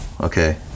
Okay